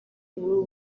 ubu